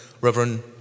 Reverend